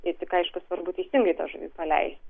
taip tik aišku svarbu teisingai tą žuvį paleisti